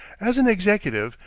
as an executive,